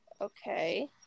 Okay